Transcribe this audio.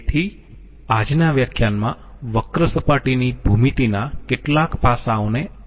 તેથી આજના વ્યાખ્યાનમાં વક્ર સપાટીની ભૂમિતિના કેટલાક પાસાઓને આવરી લેવામાં આવશે